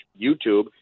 YouTube